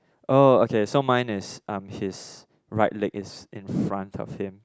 oh okay so mine is um his right leg is in front of him